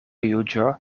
juĝo